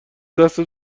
دست